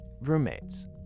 roommates